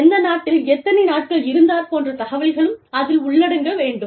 எந்த நாட்டில் எத்தனை நாட்கள் இருந்தார் போன்ற தகவல்களும் அதில் உள்ளடங்க வேண்டும்